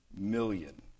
million